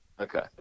Okay